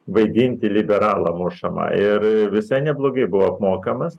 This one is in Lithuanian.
vaidinti liberalą mušamą ir visai neblogai buvo apmokamas